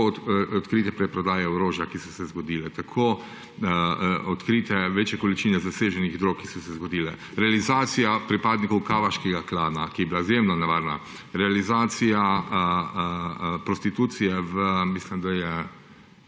odkrite preprodaje orožja, ki so se zgodile, odkrite večje količine zaseženih drog, ki so se zgodile, realizacija pripadnikov Kavačkega klana, ki je bila izjemno nevarna, realizacija prostitucije v, mislim, da je